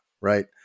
right